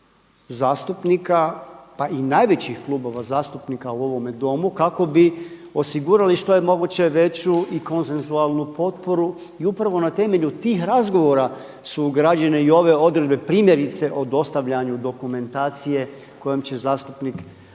i najvećih klubova zastupnika u ovome Domu kako bi osigurali što je moguće veću i konsensualnu potporu i upravo na temelju tih razgovora su ugrađene i ove odredbe primjerice o dostavljanju dokumentacije kojom će zastupnik opravdati